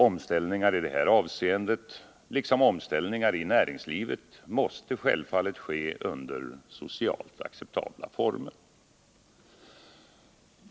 Omställningar i detta avseende, liksom omställ — debatt ningar inom näringslivet, måste självfallet äga rum i socialt acceptabla former.